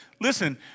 listen